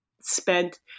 spent